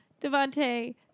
Devante